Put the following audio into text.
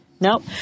Nope